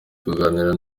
kuganira